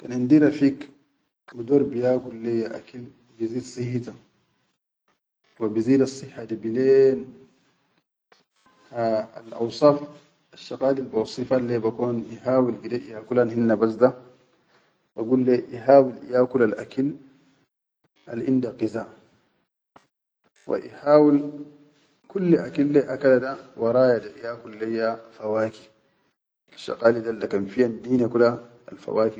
Kan indi ragig bidor biyakul ayya akil bizid sahhita wa bizidassihhadi bilen, ha al awsaf asshaqalil bawassifan le bekon ihawil gide iyakulan hinna bas da, bagul le ihawil iyakulal akil al inda qiza, wa ihawil kulli akil le akala da waraya da iyakul leyya fawakih, asshaqali del da kan fiyan dine kula.